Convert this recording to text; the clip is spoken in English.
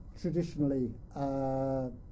Traditionally